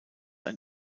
ein